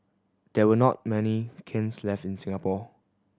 there were not many kilns left in Singapore